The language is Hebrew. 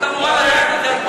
את אמורה לדעת את זה,